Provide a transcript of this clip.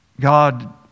God